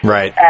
Right